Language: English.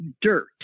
dirt